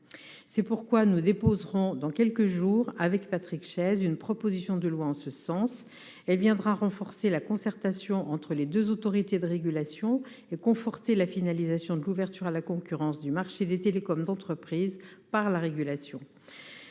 C'est pourquoi nous déposerons dans quelques jours, avec Patrick Chaize, une proposition de loi en ce sens. Elle visera à renforcer la concertation entre les deux autorités de régulation et à conforter la finalisation de l'ouverture à la concurrence du marché des télécommunications d'entreprise par la régulation.